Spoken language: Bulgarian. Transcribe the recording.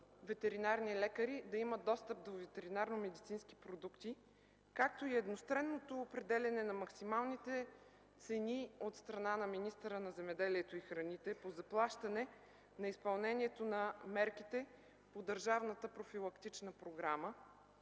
ветеринарни лекари да имат достъп до ветеринарномедицински продукти, както и едностранното определяне на максималните цени от страна на министъра на земеделието и храните по заплащане на изпълнението на мерките по държавната профилактична програма